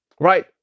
right